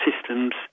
systems